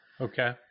Okay